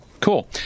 Cool